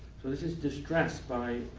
so this is distress by